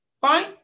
fine